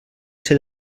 ser